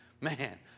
Man